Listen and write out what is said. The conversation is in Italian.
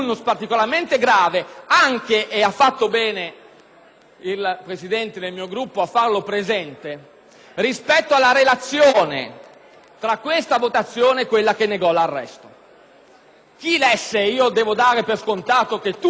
il Presidente del mio Gruppo a farlo presente - rispetto alla relazione tra questa votazione e quella che negò l'arresto. Chi lesse quella relazione - devo dare per scontato che tutti i colleghi l'abbiano letta - vedeva nella